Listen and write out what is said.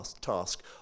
task